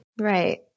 Right